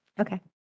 Okay